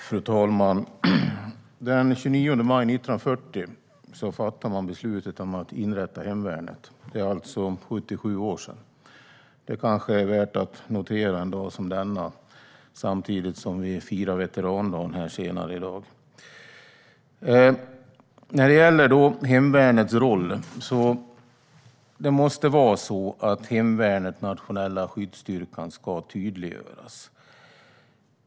Fru ålderspresident! Den 29 maj 1940 fattade man beslutet om att inrätta hemvärnet. Det är alltså 77 år sedan. Det kanske är värt att notera en dag som denna; senare i dag firar vi också veterandagen. Hemvärnets och den nationella skyddsstyrkans roll måste tydliggöras.